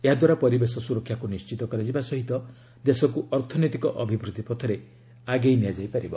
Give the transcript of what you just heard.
ଏହାଦ୍ୱାରା ପରିବେଶ ସୁରକ୍ଷାକୁ ନିଶ୍ଚିତ କରାଯିବା ସହ ଦେଶକୁ ଅର୍ଥନୈତିକ ଅଭିବୃଦ୍ଧି ପଥରେ ଆଗେଇ ନିଆଯାଇ ପାରିବ